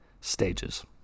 stages